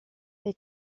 they